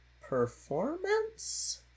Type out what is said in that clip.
performance